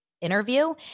interview